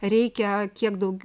reikia kiek daug